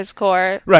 Right